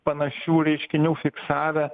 panašių reiškinių fiksavę